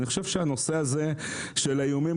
אני חושב שהנושא הזה של האיומים,